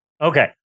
Okay